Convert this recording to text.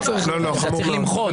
אתה צריך למחות.